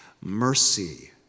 mercy